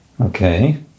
Okay